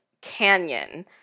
canyon